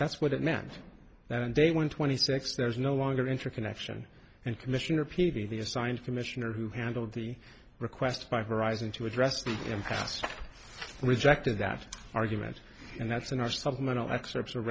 that's what it meant that they went twenty six there's no longer interconnection and commissioner p b they assigned commissioner who handled the request by horizon to address the rejected that argument and that's in our supplemental excerpts o